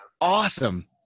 awesome